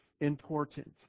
important